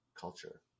culture